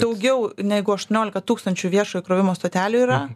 daugiau negu aštuoniolika tūkstančių viešo įkrovimo stotelių yra